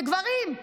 זה גברים.